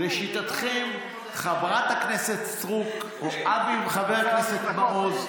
לשיטתכם, חברת הכנסת סטרוק או חבר הכנסת מעוז,